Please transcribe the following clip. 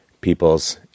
people's